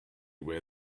where